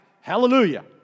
Hallelujah